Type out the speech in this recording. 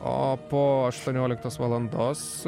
o po aštuonioliktos valandos